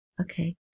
Okay